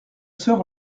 soeur